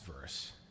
verse